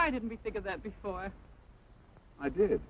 i didn't think of that before i did